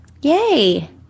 Yay